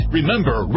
Remember